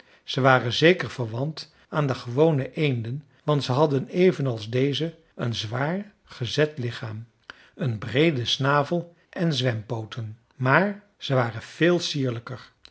ze waren zeker verwant aan de gewone eenden want ze hadden evenals deze een zwaar gezet lichaam een breeden snavel en zwempooten maar ze waren véél